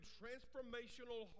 transformational